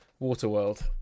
Waterworld